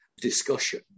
discussion